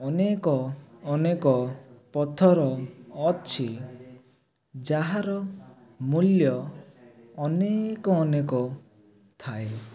ଅନେକ ଅନେକ ପଥର ଅଛି ଯାହାର ମୂଲ୍ୟ ଅନେକ ଅନେକ ଥାଏ